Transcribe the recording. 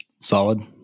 Solid